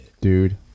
dude